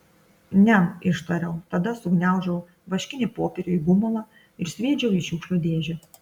niam ištariau tada sugniaužiau vaškinį popierių į gumulą ir sviedžiau į šiukšlių dėžę